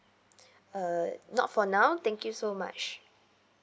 uh not for now thank you so much